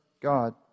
God